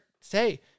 say